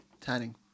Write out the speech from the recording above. tanning